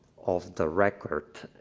of the record